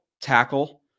tackle